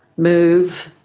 move,